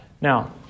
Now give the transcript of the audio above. Now